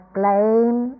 blame